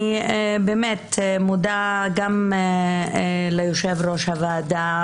אני מודה גם ליושב-ראש הוועדה,